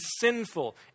sinful